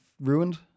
ruined